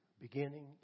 beginning